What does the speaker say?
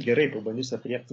gerai pabandysiu aprėpti